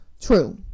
true